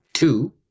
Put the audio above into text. Two